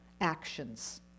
actions